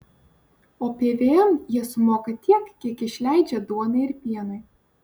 o pvm jie sumoka tiek kiek išleidžia duonai ir pienui